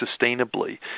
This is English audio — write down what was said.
sustainably